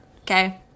okay